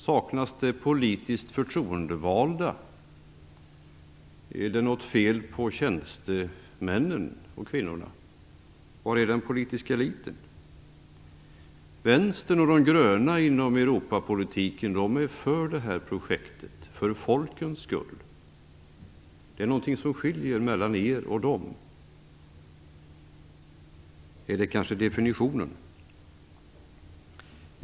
Saknas det politiskt förtroendevalda? Är det något fel på tjänstemännen? Var är den politiska eliten? Vänstern och de gröna inom Europapolitiken är för detta projekt för folkens skull. Det är något som skiljer er från dem. Är det kanske definitionen?